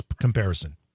comparison